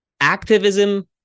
activism